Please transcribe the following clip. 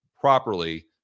properly